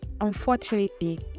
Unfortunately